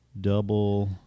double